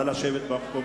ההצעה להסיר מסדר-היום